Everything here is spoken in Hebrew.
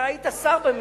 אתה היית שר בממשלה,